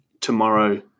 tomorrow